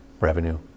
revenue